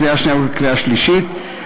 קריאה שנייה וקריאה שלישית.